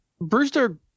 Brewster